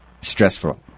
stressful